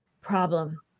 problem